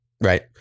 Right